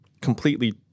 completely